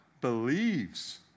Believes